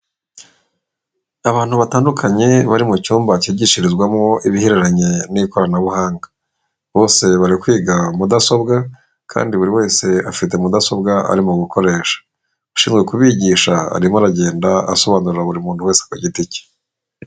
Abantu batandukanye bari mu cyumba cyigishirizwamo ibihereranye n'ikoranabuhanga. Bose bari kwiga mudasobwa kandi buri wese afite mudasobwa arimo gukoresha. Ushinzwe kubigisha arimo aragenda asobanurira buri muntu wese ku giti cye.